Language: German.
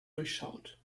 durchschaut